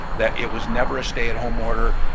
that it was never a stay at home order